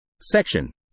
Section